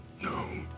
No